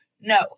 No